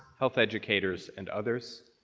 health educators, and others.